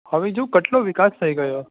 હવે જો કેટલો વિકાસ થઈ ગયો